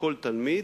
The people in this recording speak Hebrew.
שכל תלמיד,